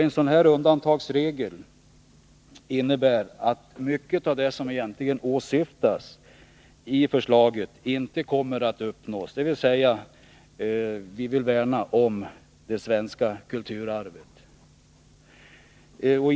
En sådan här undantagsregel innebär att mycket av det som åsyftas med förslaget — ett värnande om det svenska kulturarvet — inte kommer att uppnås.